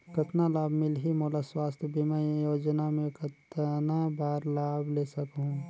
कतना लाभ मिलही मोला? स्वास्थ बीमा योजना मे कतना बार लाभ ले सकहूँ?